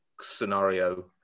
scenario